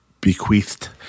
bequeathed